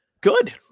Good